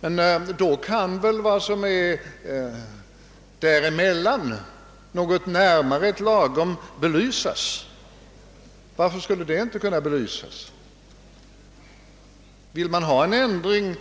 I så fall bör väl vad som ligger däremellan, d. v. s. det som är mera lagom, belysas. Vill man ha en ändring